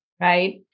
Right